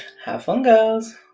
have fun, girls!